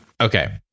Okay